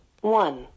one